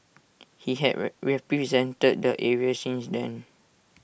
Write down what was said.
he had represented the area since then